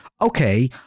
okay